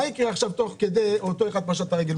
מה יקרה אם עכשיו תוך כדי אותו אחד פשט את הרגל?